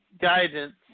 guidance